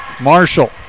Marshall